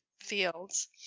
fields